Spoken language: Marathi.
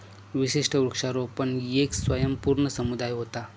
विशिष्ट वृक्षारोपण येक स्वयंपूर्ण समुदाय व्हता